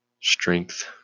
strength